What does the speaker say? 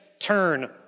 Turn